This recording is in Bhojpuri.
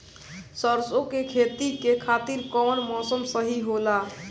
सरसो के खेती के खातिर कवन मौसम सही होला?